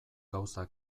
gauza